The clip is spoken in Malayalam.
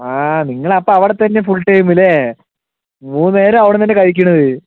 ആ നിങ്ങളപ്പോൾ അവിടെ തന്നെയാണ് ഫുൾ ടൈം അല്ലേ മൂന്ന് നേരം അവിടെ നിന്നുതന്നെ കഴിക്കണത്